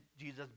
Jesus